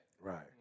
Right